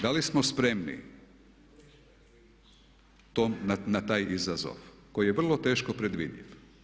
Da li smo spremni na taj izazov koji je vrlo teško predvidjeti.